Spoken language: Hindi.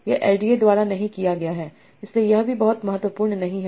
यह एलडीए द्वारा नहीं किया गया है लेकिन यह भी बहुत महत्वपूर्ण नहीं है